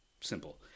Simple